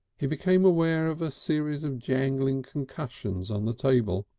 he became aware of a series of jangling concussions on the table.